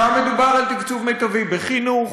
שם מדובר על תקצוב מיטבי בחינוך.